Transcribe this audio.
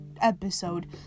episode